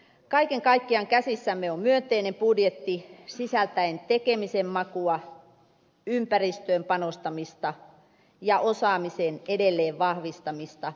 kaiken kaikkiaan käsissämme on myönteinen budjetti sisältäen tekemisen makua ympäristöön panostamista ja osaamisen edelleen vahvistamista